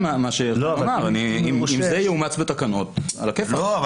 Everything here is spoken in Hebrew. אם זה יאומץ בתקנות, בסדר גמור.